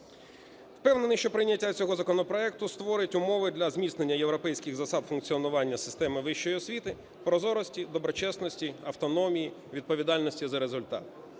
Впевнений, що прийняття цього законопроекту створить умови для зміцнення європейських засад функціонування системи вищої освіти, прозорості, доброчесності, автономії, відповідальності за результат.